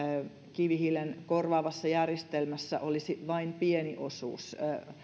kivihiilen korvaavassa järjestelmässä olisi vain pieni osuus